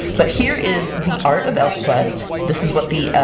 but here is the art of elfquest. this is what the